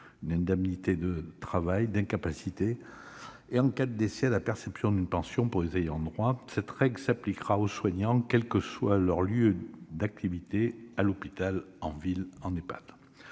une indemnité d'incapacité de travail et, en cas de décès, à la perception d'une pension par les ayants droit. Cette règle s'appliquera aux soignants quel que soit leur lieu d'activité, à l'hôpital, en ville ou en Ehpad.